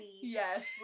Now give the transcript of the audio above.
yes